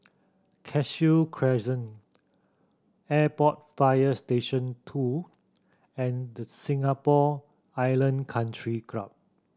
Cashew Crescent Airport Fire Station Two and Singapore Island Country Club